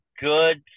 good